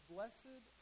Blessed